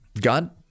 God